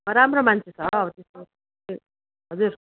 राम्रो मान्छे छ अब त्यस्तो हजुर